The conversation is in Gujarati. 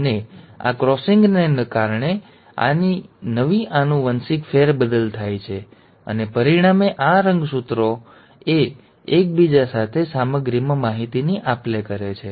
અને આ ક્રોસિંગને કારણે નવી આનુવંશિક ફેરબદલ થાય છે અને પરિણામે આ રંગસૂત્રોએ એકબીજા સાથે સામગ્રીમાં માહિતીની આપ લે કરી છે